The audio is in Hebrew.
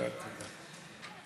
תודה, תודה.